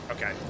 Okay